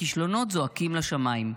הכישלונות זועקים לשמיים.